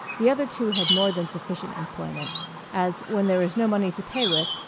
the other two had more than sufficient employment as, when there is no money to pay with,